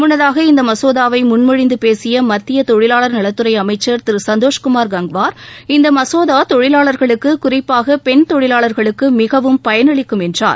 முன்னதாக இந்த மசோதாவை முன்மொழிந்து பேசிய மத்திய தொழிவாளர் நலத்துறை அமைச்சர் திரு சந்தோஷ் குமார் கங்வார் இந்த மசோதா தொழிலாளர்களுக்கு குறிப்பாக பெண் தொழிலாளர்களுக்கு மிகவும் பயனளிக்கும் என்றார்